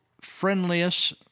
friendliest